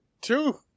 two